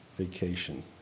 vacation